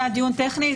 טכני,